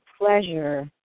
pleasure